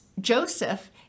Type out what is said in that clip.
joseph